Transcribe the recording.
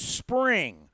spring